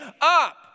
up